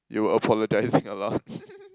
you were apologizing a lot